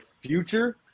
future